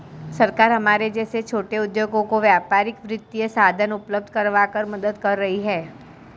सरकार हमारे जैसे छोटे उद्योगों को व्यापारिक वित्तीय साधन उपल्ब्ध करवाकर मदद कर रही है